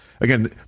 Again